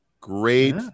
Great